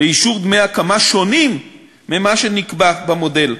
לאישור דמי הקמה שונים מהתעריף שנקבע במודל.